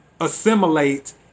assimilate